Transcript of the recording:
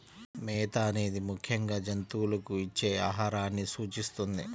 మేత అనేది ముఖ్యంగా జంతువులకు ఇచ్చే ఆహారాన్ని సూచిస్తుంది